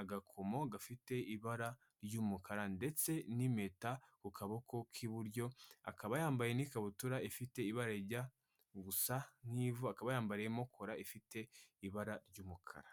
agakomo gafite ibara ry'umukara ndetse n'impeta ku kaboko k'iburyo, akaba yambaye n'ikabutura ifite ibara rijya gusa nk'ivu, akaba yambariyemo kora ifite ibara ry'umukara.